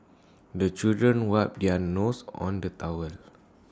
the children wipe their noses on the towel